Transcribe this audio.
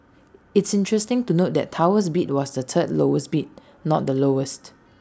it's interesting to note that Tower's bid was the third lowest bid not the lowest